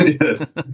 yes